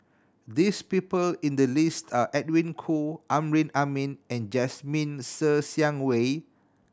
this people in the list are Edwin Koo Amrin Amin and Jasmine Ser Xiang Wei